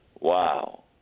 Wow